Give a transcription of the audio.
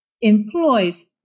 employs